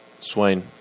Swain